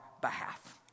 behalf